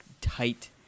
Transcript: tight